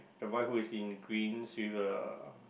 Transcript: the one who is in green with a